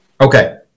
Okay